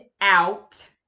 out